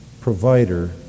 provider